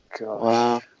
Wow